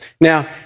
Now